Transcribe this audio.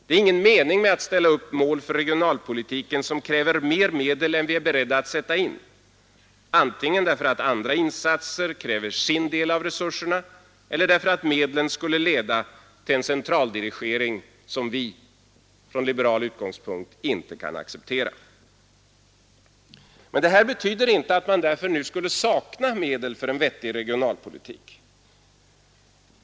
Det är ingen mening med att ställa upp mål för regionalpolitiken som kräver mer medel än vi är beredda att sätta in, antingen därför att andra insatser kräver sin del av resurserna, eller därför att medlen skulle leda till en centraldirigering som vi — från liberal utgångspunkt — inte kan acceptera. Det här betyder inte att man nu skulle sakna medel för en vettig regionalpolitik.